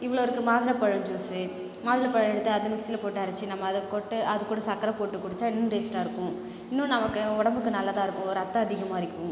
இவ்வளோ இருக்குது மாதுளம் பழம் ஜூஸ் மாதுளம் பழத்தை அதை மிக்ஸியில் போட்டு அரச்சு நம்ம அதை கொட்ட அது கூட சக்கரை போட்டு குடிச்சால் இன்னும் டேஸ்ட்டாக இருக்கும் இன்னும் நமக்கு உடம்புக்கு நல்லதாக இருக்கும் ரத்தம் அதிகமாக இருக்கும்